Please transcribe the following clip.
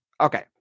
Okay